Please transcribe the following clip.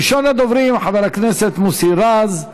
ראשון הדוברים, חבר הכנסת מוסי רז.